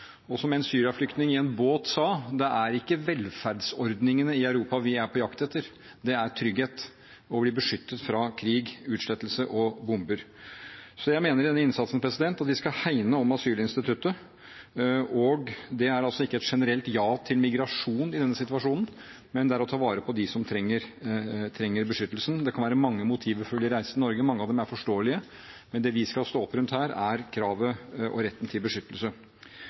Og som en Syria-flyktning i en båt sa: Det er ikke velferdsordningene i Europa vi er på jakt etter; det er trygghet – det å bli beskyttet fra krig, utslettelse og bomber. Så jeg mener at vi i den innsatsen skal hegne om asylinstituttet. Det dreier seg altså ikke om å si et generelt ja til migrasjon i denne situasjonen, men om å ta vare på dem som trenger beskyttelse. Det kan være mange motiver for å ville reise til Norge – mange av dem er forståelige – men det vi skal stå opp for her, er kravet om og retten til beskyttelse.